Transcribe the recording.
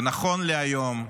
ונכון להיום,